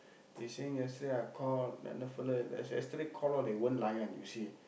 they saying yesterday I call then the fella y~ yesterday call one they won't layan you see